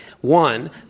one